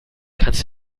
kannst